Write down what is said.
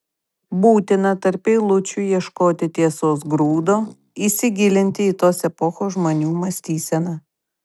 būtina tarp eilučių ieškoti tiesos grūdo įsigilinti į tos epochos žmonių mąstyseną